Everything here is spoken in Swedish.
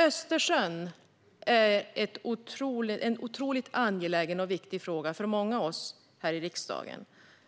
Östersjön är en angelägen fråga för många av oss i riksdagen.